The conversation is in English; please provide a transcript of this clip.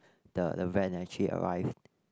the the van actually arrived